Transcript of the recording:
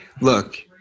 look